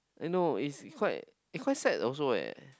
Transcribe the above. I know it it's quite it quite sad also eh